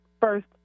first